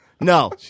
No